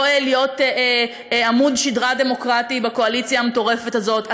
להיות עמוד שדרה דמוקרטי בקואליציה המטורפת הזאת,